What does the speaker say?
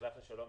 מחלף השלום,